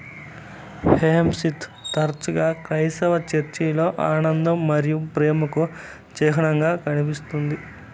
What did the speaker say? hyacinth తరచుగా క్రైస్తవ చర్చిలలో ఆనందం మరియు ప్రేమకు చిహ్నంగా కనిపిస్తుంది